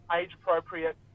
age-appropriate